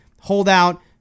holdout